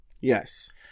yes